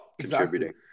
contributing